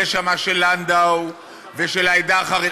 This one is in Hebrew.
יש שם של לנדא ושל "העדה החרדית".